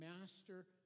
master